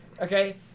Okay